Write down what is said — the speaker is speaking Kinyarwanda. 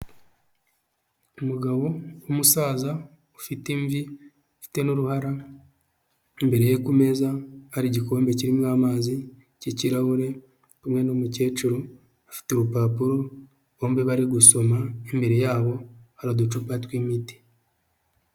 Umugabo w'umusaza ufite imvi afite n'uruhara, imbere ye ku meza hari igikombe kirimo amazi cy'ikirahure, ari kumwe n'umukecuru afite urupapuro bombi bari gusoma imbere yabo hari uducupa tw'imiti.